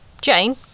Jane